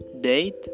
date